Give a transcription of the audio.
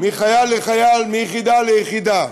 מחייל לחייל, מיחידה ליחידה,